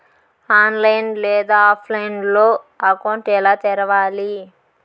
online లేదా ఆఫ్లైన్లో account ఎలా తెరవాలి